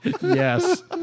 Yes